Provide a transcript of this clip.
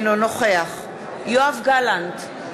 אינו נוכח יואב גלנט,